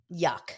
yuck